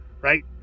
right